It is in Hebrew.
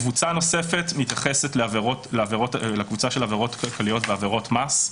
קבוצה נוספת מתייחסת לקבוצה של העבירות הכלכליות ועבירות מס.